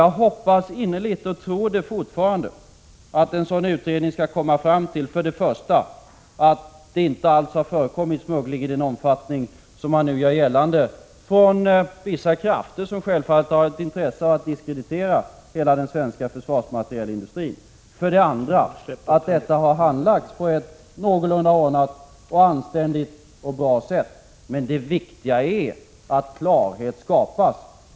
Jag hoppas innerligt, och jag tror fortfarande, att en sådan utredning skall komma fram till för det första att det inte alls har förekommit smuggling i den omfattning som man nu gör gällande från vissa krafter, som självfallet har ett intresse av att diskreditera hela den svenska försvarsmaterielindustrin, för det andra att detta har handlagts på ett någorlunda ordnat, anständigt och bra sätt. Men det viktiga är att klarhet skapas.